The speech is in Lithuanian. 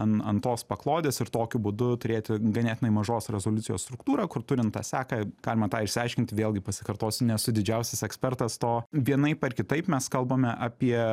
an ant tos paklodės ir tokiu būdu turėti ganėtinai mažos rezoliucijos struktūrą kur turint tą seką galima tą išsiaiškint vėlgi pasikartosiu nesu didžiausias ekspertas to vienaip ar kitaip mes kalbame apie